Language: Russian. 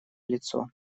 лицо